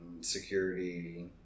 security